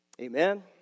Amen